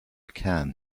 can